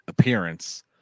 appearance